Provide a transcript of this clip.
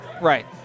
Right